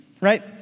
right